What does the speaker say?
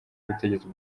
y’ubutegetsi